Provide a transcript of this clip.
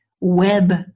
web